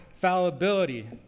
fallibility